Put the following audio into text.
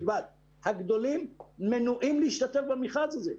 הגדולים מנועים מלהשתתף במכרז הזה.